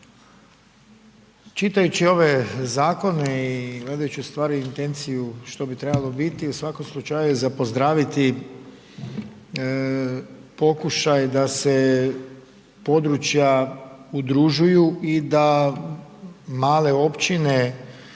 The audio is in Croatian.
Čitajući ove zakone i gledajući ustvari intenciju što bi trebalo biti u svakom slučaju je za pozdraviti pokušaj da se područja udružuju i da male općine